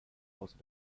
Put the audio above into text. außer